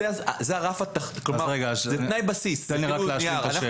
זה תנאי בסיס, צריך להיות נייר.